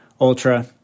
ultra